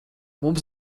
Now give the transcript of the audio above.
mums